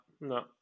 no